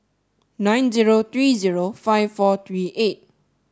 nine zero three zero five four three eight